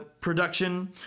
production